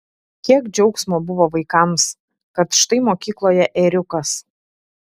kiek džiaugsmo buvo vaikams kad štai mokykloje ėriukas